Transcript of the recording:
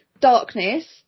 Darkness